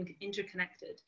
interconnected